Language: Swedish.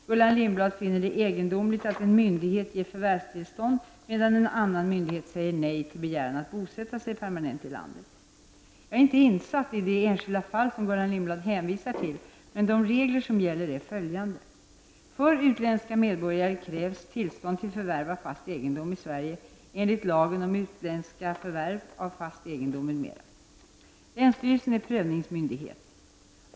Gullan Lindblad finner det egendomligt att en myndighet ger förvärvstillstånd medan en annan myndighet säger nej till begäran att bosätta sig permanent i landet. Jag är inte insatt i det enskilda fall som Gullan Lindblad hänvisar till, men de regler som gäller är följande. Länsstyrelsen är prövningsmyndighet.